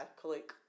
click